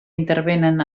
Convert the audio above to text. intervenen